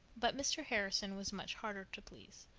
but mr. harrison was much harder to please.